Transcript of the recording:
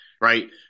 right